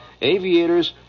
Aviators